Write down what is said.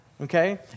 Okay